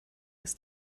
ist